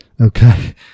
Okay